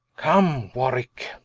come warwicke,